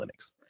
Linux